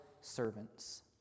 servants